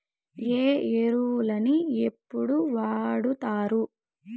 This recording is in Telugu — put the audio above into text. ఏ ఎరువులని ఎప్పుడు వాడుతారు?